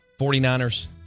49ers